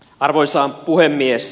arvoisa puhemies